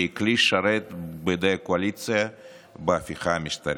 כי היא כלי שרת בידי הקואליציה בהפיכה המשטרית.